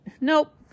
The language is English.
Nope